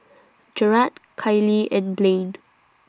Jerrad Kailee and Blaine